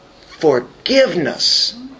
forgiveness